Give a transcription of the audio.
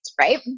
right